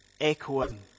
echoing